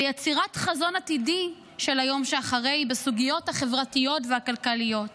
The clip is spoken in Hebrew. ויצירת חזון עתידי של היום שאחרי בסוגיות החברתיות והכלכליות.